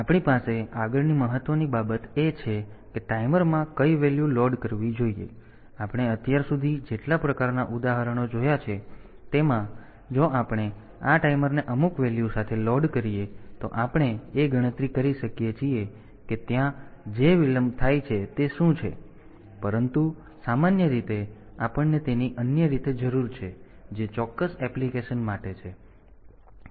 આપણી પાસે આગળની મહત્વની બાબત એ છે કે ટાઈમર માં કઈ વેલ્યુ લોડ કરવી જોઈએ આપણે અત્યાર સુધી જેટલા પ્રકારનાં ઉદાહરણો જોયા છે તેમાં જો આપણે આ ટાઈમરને અમુક વેલ્યુ સાથે લોડ કરીએ તો આપણે એ ગણતરી કરી શકીએ છીએ કે ત્યાં જે વિલંબ થાય છે તે શું છે પરંતુ સામાન્ય રીતે આપણને તેની અન્ય રીતે જરૂર છે જે ચોક્કસ એપ્લિકેશન માટે છે